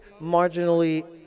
marginally